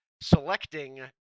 selecting